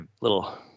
little